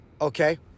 okay